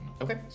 Okay